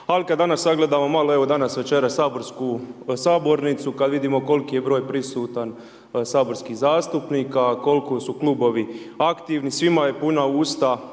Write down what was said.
Ali kad danas sagledamo malo evo danas, večeras sabornicu, kad vidimo koliko je broj prisutan saborskih zastupnika, koliko su klubovi aktivni, svima je puna usta